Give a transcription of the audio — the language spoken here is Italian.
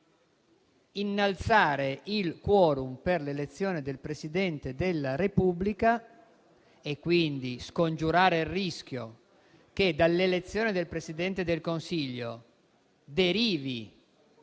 innalzare il *quorum* per l'elezione del Presidente della Repubblica, quindi scongiurare il rischio che dall'elezione del Presidente del Consiglio derivi